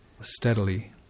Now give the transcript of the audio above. steadily